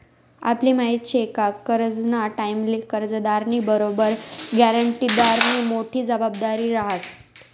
आपले माहिती शे का करजंना टाईमले कर्जदारनी बरोबर ग्यारंटीदारनी मोठी जबाबदारी रहास